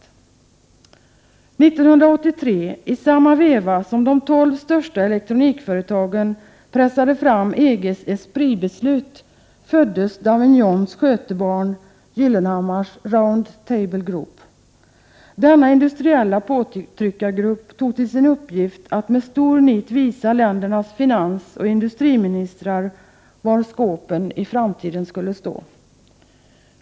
År 1983, i samma veva som de 12 största elektronikföretagen pressade | fram EG:s ESPRIT-beslut, föddes Davignons skötebarn, Gyllenhammars Round Table Group. Denna industriella påtryckargrupp tog till sin uppgift att med stor nit visa ländernas finansoch industriministrar var skåpen i framtiden skulle stå.